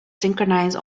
synchronize